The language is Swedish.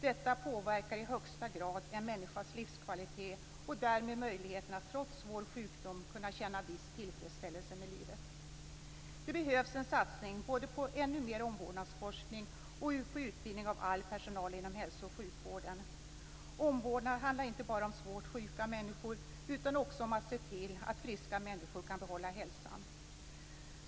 Detta påverkar i högsta grad en människas livskvalitet och därmed möjligheten att trots svår sjukdom kunna känna en viss tillfredsställelse med livet. Det behövs en satsning både på ännu mer omvårdnadsforskning och på utbildning av all personal inom hälso och sjukvården. Omvårdnad handlar inte bara om svårt sjuka människor utan också om att se till att friska människor kan behålla hälsan.